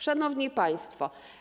Szanowni Państwo!